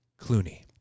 Clooney